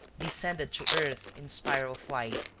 descended to earth in spiral flight.